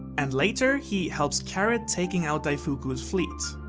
and later he helps carrot taking out daifuku's fleet.